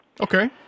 Okay